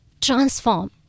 transform